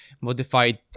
modified